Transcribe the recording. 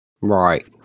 right